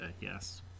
Yes